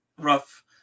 rough